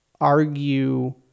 argue